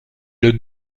est